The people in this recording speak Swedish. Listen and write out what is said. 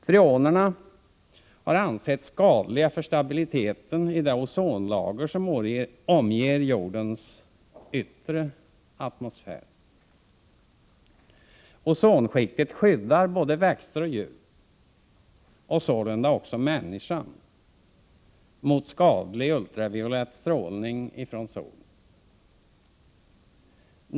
Freonerna har ansetts skadliga för stabiliteten i det ozonlager som omger jordens yttre atmosfär. Ozonskiktet skyddar både växter och djur, och sålunda även människan, mot skadlig ultraviolett strålning från solen.